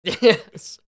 yes